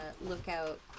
lookout